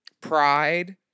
pride